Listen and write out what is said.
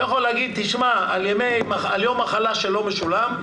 הוא יכול להגיד: על יום מחלה שלא משולם,